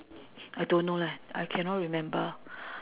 I don't know leh I cannot remember